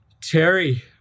Terry